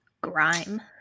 grime